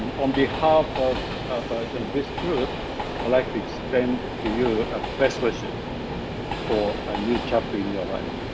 on behalf of this group, i'd like to extend to you ah best wishes for a new chapter in your life,